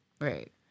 Right